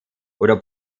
oder